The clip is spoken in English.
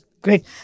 great